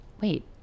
Wait